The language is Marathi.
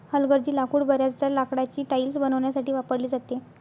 हलगर्जी लाकूड बर्याचदा लाकडाची टाइल्स बनवण्यासाठी वापरली जाते